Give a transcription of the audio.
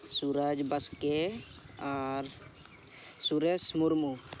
ᱥᱩᱨᱟᱡᱽ ᱵᱟᱥᱠᱮ ᱟᱨ ᱥᱩᱨᱮᱥ ᱢᱩᱨᱢᱩ